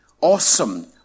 awesome